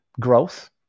growth